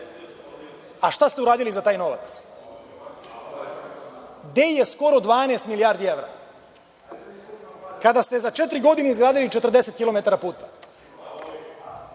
a šta ste uradili za taj novac? Gde je skoro 12 milijardi evra, kada ste za četiri godine izgradili 40 kilometara puta,